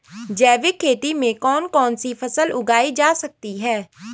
जैविक खेती में कौन कौन सी फसल उगाई जा सकती है?